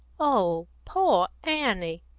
oh, poor annie!